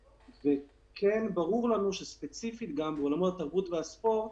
ומתוך זה שכן ברור לנו שספציפית בעולם התרבות והספורט